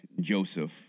Joseph